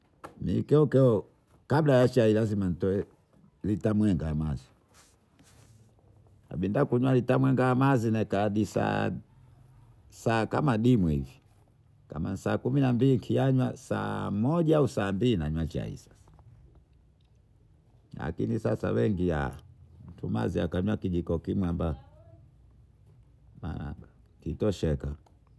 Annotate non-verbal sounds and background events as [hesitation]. Nikeokeo kabla ya chai lazima nitoe lita mwenga ya mazi kabinda kunywa lita mwenga ya mazi nakaa hadi saa kama dimwe hivi kama saa kumi na mbili nikiyamywa saa mmoja au saa mbili nanywa chai sasa lakini sasa wengi [hesitation] mtu mazi akanywa kikokinyamba shikamoni marahaba kitosheka